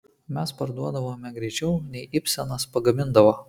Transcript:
mes parduodavome greičiau nei ibsenas pagamindavo